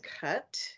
cut